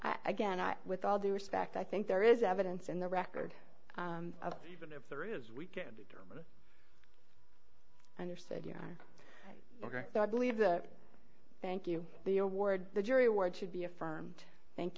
be again i with all due respect i think there is evidence in the record of even if there is we can determine under said yeah ok i believe that thank you the award the jury award should be affirmed thank